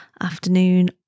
afternoon